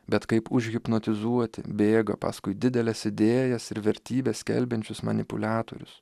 bet kaip užhipnotizuoti bėga paskui dideles idėjas ir vertybes skelbiančius manipuliatorius